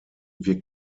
wir